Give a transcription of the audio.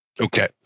Okay